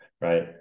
right